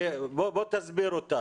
בוא תסביר אותה,